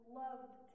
loved